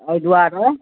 एहि दुआरे